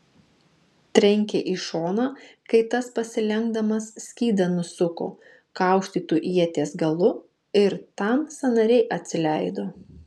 trenkė į šoną kai tas pasilenkdamas skydą nusuko kaustytu ieties galu ir tam sąnariai atsileido